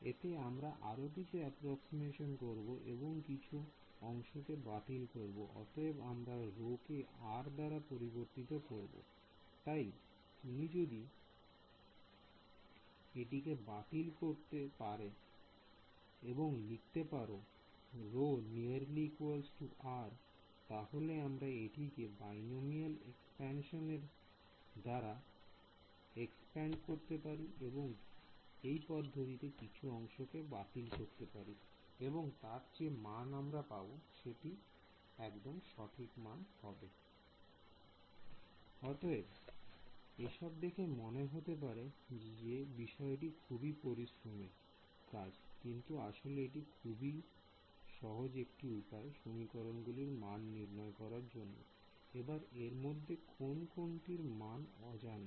এতে আমরা আরো কিছু অ্যাপ্রক্সিমেশন করব এবং কিছু অংশকে বাতিল করব I অতএব আমরা ρ কে R দাঁড়া পরিবর্তিত করব তাই তুমি যদি এটিকে বাতিল করতে পারে এবং লিখতে পারো ρ ≈ R তাহলে আমরা একটি বাইনোমিয়াল এক্সপানশন করে এগুলোকে বাতিল করতে পারি এবং এই পদ্ধতিতে খুবই সঠিক মান নির্ণয় করা সম্ভব I অতএব এসব দেখে মনে হতে পারে যে এটি খুবই পরিশ্রমের কাজ কিন্তু আসলে এটি খুবই সহজ একটি উপায় সমীকরণ গুলি র মান নির্ণয় করার জন্য এবার এরমধ্যে কোন কোনটির মান আজানা